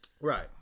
right